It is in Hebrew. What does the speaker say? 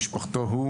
משפחתו הוא,